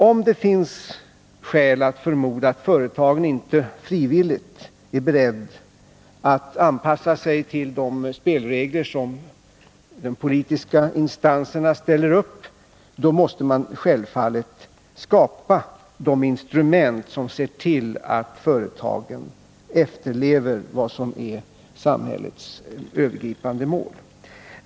Om det finns skäl att förmoda att företagen inte är beredda att frivilligt anpassa sig till de spelregler som de politiska instanserna ställer upp, måste man självfallet skapa instrument för att se till att företagen anpassar sig till samhällets övergripande mål.